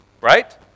right